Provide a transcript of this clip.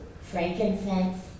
frankincense